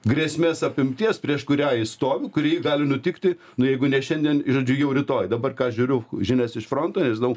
grėsmės apimties prieš kurią ji stovi kuri jai gali nutikti nu jeigu ne šiandien ir žodžiu jau rytoj dabar ką žiūriu žinias iš fronto nežinau